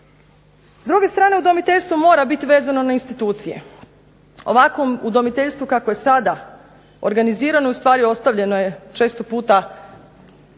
S druge strane, udomiteljstvo mora biti vezano na institucije. Ovakvo udomiteljstvo kakvo je sada organizirano ustvari ostavljeno je često puta